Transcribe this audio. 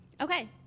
Okay